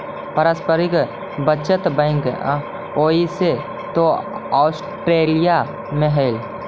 पारस्परिक बचत बैंक ओइसे तो ऑस्ट्रेलिया में हइ